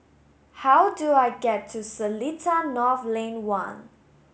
how do I get to Seletar North Lane one